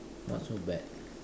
not so bad